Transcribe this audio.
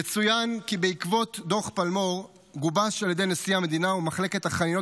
יצוין כי בעקבות דוח פלמור גובש על ידי נשיא המדינה ומחלקת החנינות